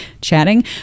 chatting